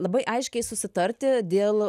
labai aiškiai susitarti dėl